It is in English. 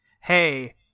hey